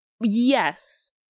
yes